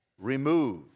remove